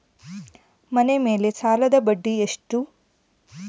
ಮನೆ ಮೇಲೆ ಸಾಲದ ಬಡ್ಡಿ ಎಷ್ಟು?